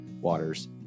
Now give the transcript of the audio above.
waters